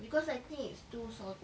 because I think it's too salty